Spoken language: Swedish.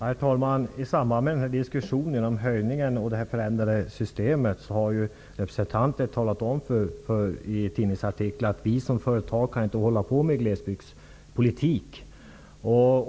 Herr talman! I samband med diskussionen om höjningen och förändringen av systemet har representanter för Telia i tidningsartiklar talat om att man som företag inte kan hålla på med glesbygdspolitik.